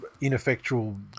ineffectual